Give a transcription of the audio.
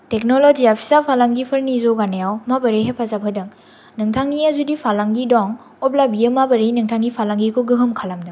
technology आ फिसा फालांगिफोरनि जौगानायाव माबोरै हेफाजाब होदों नोंथांनिआव जुदि फालांगि दं अब्ला बियो माबोरै नोंथांनि फालांगिखौ गोहोम खालामदों